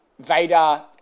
Vader